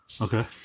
Okay